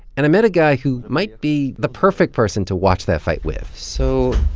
and i met a guy who might be the perfect person to watch that fight with so